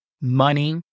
money